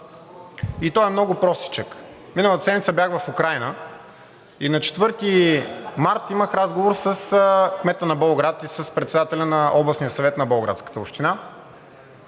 и той е много простичък. Миналата седмица бях в Украйна и на 4 март имах разговор с кмета на Болград и с председателя на Областния съвет на Болградската община.